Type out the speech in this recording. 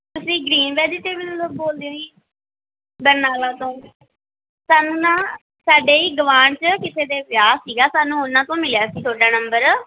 ਤੁਸੀਂ green vegetable ਵੱਲੋ ਬੋਲਦੇ ਹੋ ਜੀ ਬਰਨਾਲਾ ਤੋਂ ਸਾਨੂੰ ਨਾ ਸਾਡੇ ਗਵਾਂਢ 'ਚ ਕਿਸੇ ਦੇ ਵਿਆਹ ਸੀਗਾ ਸਾਨੂੰ ਉਹਨਾਂ ਤੋਂ ਮਿਲਿਆ ਸੀ ਤੁਹਾਡਾ ਨੰਬਰ